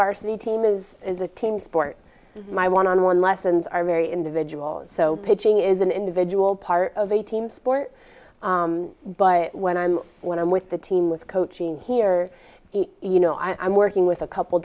varsity team is is a team sport my one on one lessons are very individual so pitching is an individual part of a team sport but when i'm when i'm with the team was coaching here you know i'm working with a couple